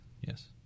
Yes